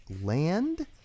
Land